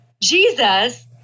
Jesus